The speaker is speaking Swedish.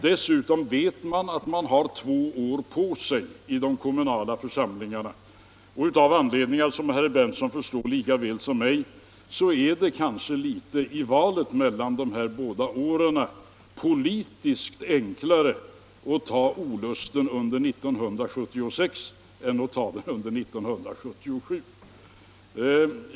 Dessutom vet man att man har två år på sig i de kommunala församlingarna, och av anledningar som herr Berndtson känner till lika bra som jag är det kanske i valet mellan dessa båda år politiskt litet enklare att ta olusten under 1976 än under 1977.